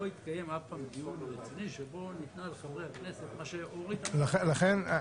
לא התקיים אף פעם דיון שבו ניתנה לחברי הכנסת מה שאורית -- לכן,